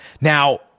Now